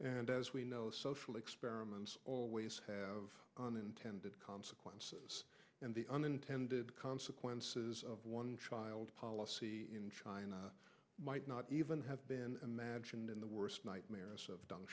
and as we know social experiments always have of unintended consequences and the unintended consequences of one child policy in china might not even have been imagined in the worst nightmares of dun